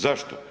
Zašto?